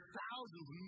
thousands